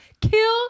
kill